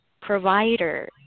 provider